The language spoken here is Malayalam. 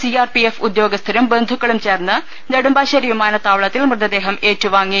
സി ആർ പിഎഫ് ഉദ്യോഗസ്ഥരും ബന്ധുക്കളും ചേർന്ന് നെടുമ്പാശ്ശേരി വിമാനത്താവളത്തിൽ മൃതദേഹം ഏറ്റു വാങ്ങി